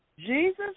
Jesus